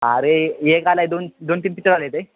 अरे एक आला आहे दोन दोन तीन पिक्चर आले ते